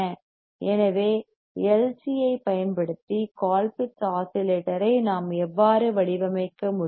எனவே L C ஐப் பயன்படுத்தி கோல்பிட்ஸ் ஆஸிலேட்டரை நாம் எவ்வாறு வடிவமைக்க முடியும்